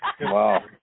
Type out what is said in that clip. wow